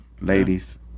ladies